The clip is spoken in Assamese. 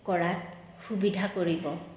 কৰাত সুবিধা কৰিব